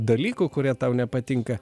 dalykų kurie tau nepatinka